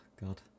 god